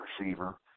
receiver